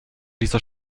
dieser